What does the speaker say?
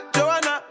Joanna